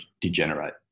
degenerate